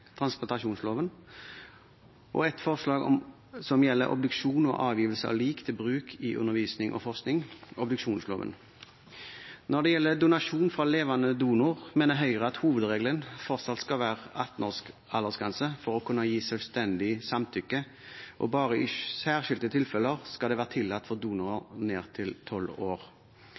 og et forslag som gjelder obduksjon og avgivelse av lik til bruk i undervisning og forskning, obduksjonsloven. Når det gjelder donasjon fra levende donor, mener Høyre at hovedregelen fortsatt skal være 18 års aldersgrense for å kunne gi selvstendig samtykke, og bare i særskilte tilfeller skal det være tillatt